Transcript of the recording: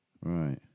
Right